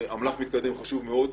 אמל"ח מתקדם חשוב מאוד,